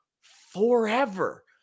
forever